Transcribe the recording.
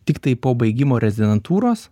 tiktai po baigimo rezidentūros